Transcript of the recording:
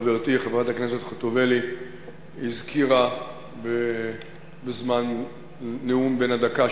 חברתי חברת הכנסת חוטובלי הזכירה בזמן הנאום בן הדקה